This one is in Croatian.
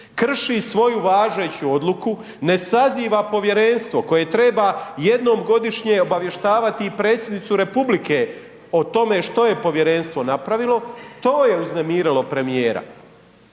krši svoju važeću odluku, ne saziva povjerenstvo koje treba jednom godišnje obavještavati i predsjednicu RH o tome što je povjerenstvo napravilo, to je uznemirilo premijera.